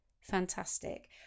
Fantastic